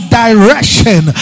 direction